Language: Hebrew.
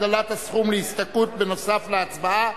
הגדלת הסכום להשתכרות בנוסף לקצבה).